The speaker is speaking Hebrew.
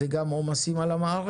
זה גם עומסים על המערכת.